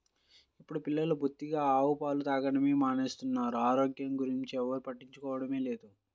ఇప్పుడు పిల్లలు బొత్తిగా ఆవు పాలు తాగడమే మానేస్తున్నారు, ఆరోగ్యం గురించి ఎవ్వరు పట్టించుకోవడమే లేదు